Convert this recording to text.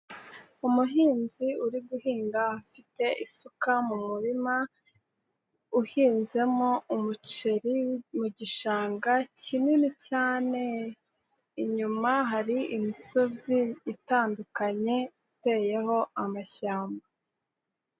Umuhinzi uri guhinga afite isuka mu murima, uhinzemo umuceri mu gishanga kinini cyane, inyuma hari imisozi itandukanye, iteyeho amashyamba.